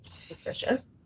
Suspicious